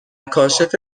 کاشف